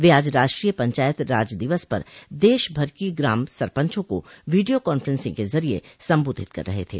वे आज राष्ट्री पंचायत राज दिवस पर देशभर की ग्राम सरपंचों को वीडियो कान्फ्रेसिंग के जरिए सम्बोधित कर रहे थे